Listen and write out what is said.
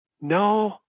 no